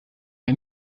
mal